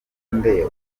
nde